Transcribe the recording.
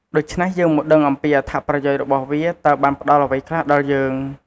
ដូច្នេះយើងមកដឹងអំពីអត្ថប្រយោជន៍របស់វាតើបានផ្ដល់អ្វីខ្លះដល់យើង។